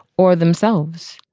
or themselves?